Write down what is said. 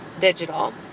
digital